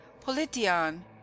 politian